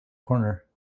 corner